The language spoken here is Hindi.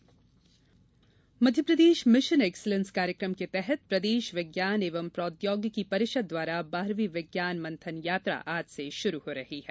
विज्ञान मंथन यात्रा मध्यप्रदेश मिशन एक्सीलेंस कार्यक्रम के तहत प्रदेश विज्ञान एवं प्रौद्योगिकी परिषद द्वारा बारहवीं विज्ञान मंथन यात्रा आज से शुरू हो रही है